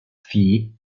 fee